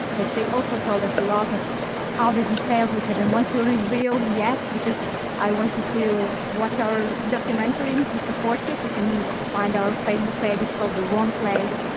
like they also told us a lot of all the details, which i didn't want to reveal yet, because i want you to watch our documentary to support it. you can find our facebook page. it's called the wrong place.